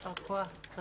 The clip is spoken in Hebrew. הישיבה ננעלה בשעה